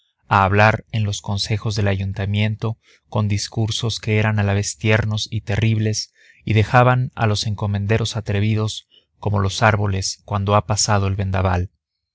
hablar en los consejos del ayuntamiento con discursos que eran a la vez tiernos y terribles y dejaban a los encomenderos atrevidos como los árboles cuando ha pasado el vendabal